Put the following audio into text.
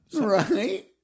Right